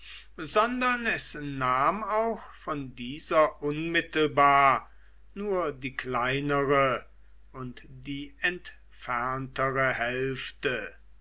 sondern es nahm auch von dieser unmittelbar nur die kleinere und die entferntere hälfte